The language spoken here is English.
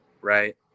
Right